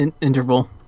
interval